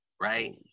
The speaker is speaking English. right